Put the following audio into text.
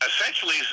essentially